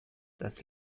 das